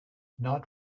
not